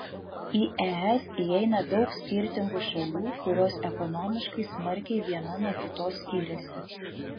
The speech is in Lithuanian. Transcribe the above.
į es įeina daug skirtingų šalių kurios ekonomiškai smarkiai viena nuo kitos skiriasi